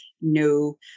No